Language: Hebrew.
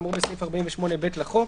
כאמור בסעיף 48(ב) לחוק.